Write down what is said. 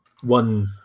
one